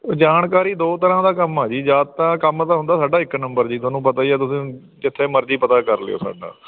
ਜਾਣਕਾਰੀ ਦੋ ਤਰ੍ਹਾਂ ਦਾ ਕੰਮ ਆ ਜੀ ਜਾਂ ਤਾਂ ਕੰਮ ਤਾਂ ਹੁੰਦਾ ਸਾਡਾ ਇੱਕ ਨੰਬਰ ਜੀ ਤੁਹਾਨੂੰ ਪਤਾ ਹੀ ਆ ਤੁਸੀਂ ਜਿੱਥੇ ਮਰਜ਼ੀ ਪਤਾ ਕਰ ਲਿਓ ਸਾਡਾ